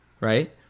right